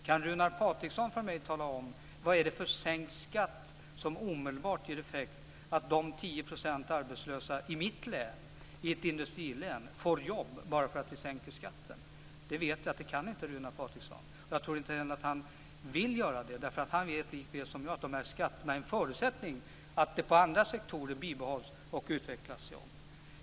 Kan Runar Patriksson för mig tala om vad det är för sänkt skatt som omedelbart ger effekten att de 10 % arbetslösa i mitt hemlän, ett industrilän, får jobb bara därför att vi sänker skatten? Det vet jag att Runar Patriksson inte kan. Jag tror inte ens att han vill göra det. Han vet likaväl som jag att skatterna är en förutsättning för att det inom andra sektorer bibehålls och utvecklas jobb.